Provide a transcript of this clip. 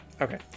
Okay